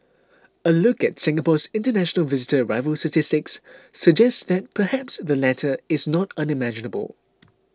a look at Singapore's international visitor arrival statistics suggest that perhaps the latter is not unimaginable